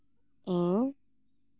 ᱤᱧ